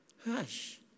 Hush